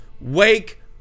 wake